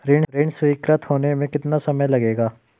ऋण स्वीकृत होने में कितना समय लगेगा?